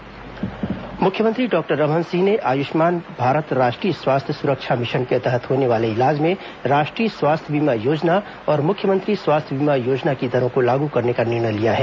आयुष्मान भारत योजना मुख्यमंत्री डॉक्टर रमन सिंह ने आयुष्मान भारत राष्ट्रीय स्वास्थ्य सुरक्षा मिशन के तहत होने वाले इलाज में राष्ट्रीय स्वास्थ्य बीमा योजना और मुख्यमंत्री स्वास्थ्य बीमा योजना की दरों को लागू करने का निर्णय लिया है